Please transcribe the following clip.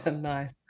Nice